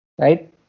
right